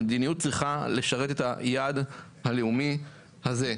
המדיניות צריכה לשרת את היעד הלאומי הזה.